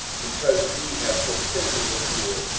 because ye have forsaken the lord,